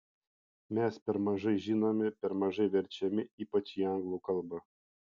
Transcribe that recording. mes per mažai žinomi per mažai verčiami ypač į anglų kalbą